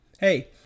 Hey